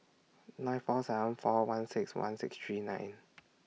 nine four seven four one six one six three nine